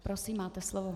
Prosím, máte slovo.